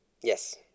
Yes